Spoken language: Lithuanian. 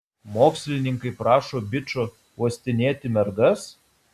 mokslininkai prašo bičo uostinėti mergas